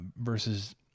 versus